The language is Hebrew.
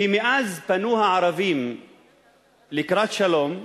כי מאז פנו הערבים לקראת שלום,